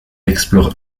explore